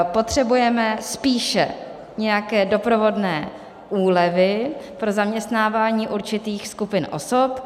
Potřebujeme spíše nějaké doprovodné úlevy pro zaměstnávání určitých skupin osob.